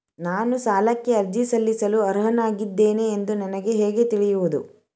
ನಾನು ಸಾಲಕ್ಕೆ ಅರ್ಜಿ ಸಲ್ಲಿಸಲು ಅರ್ಹನಾಗಿದ್ದೇನೆ ಎಂದು ನನಗೆ ಹೇಗೆ ತಿಳಿಯುವುದು?